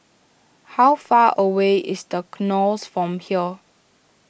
how far away is the Knolls from here